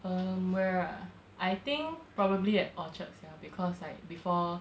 um where ah I think probably at orchard sia because like before